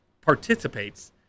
participates